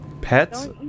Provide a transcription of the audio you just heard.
pets